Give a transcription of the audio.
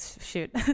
shoot